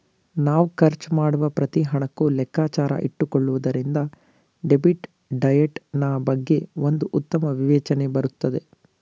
ನಾವ್ ಖರ್ಚು ಮಾಡುವ ಪ್ರತಿ ಹಣಕ್ಕೂ ಲೆಕ್ಕಾಚಾರ ಇಟ್ಟುಕೊಳ್ಳುವುದರಿಂದ ಡೆಬಿಟ್ ಡಯಟ್ ನಾ ಬಗ್ಗೆ ಒಂದು ಉತ್ತಮ ವಿವೇಚನೆ ಬರುತ್ತದೆ